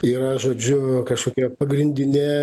yra žodžiu kažkokia pagrindinė